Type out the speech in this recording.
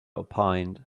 opined